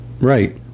right